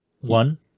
one